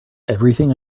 everything